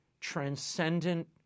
transcendent